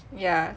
ya